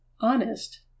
honest